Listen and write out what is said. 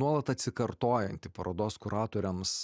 nuolat atsikartojantį parodos kuratoriams